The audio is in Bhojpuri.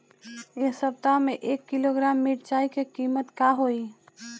एह सप्ताह मे एक किलोग्राम मिरचाई के किमत का होई?